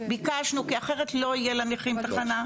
ביקשנו כי אחרת לא יהיה לנכים תחנה,